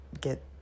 get